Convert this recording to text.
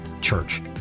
church